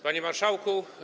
Panie Marszałku!